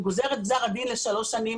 הוא גוזר את גזר הדין לשלוש שנים,